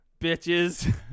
bitches